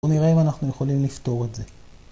נראה אם אנחנו יכולים לפתור את זה.